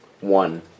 One